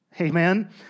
Amen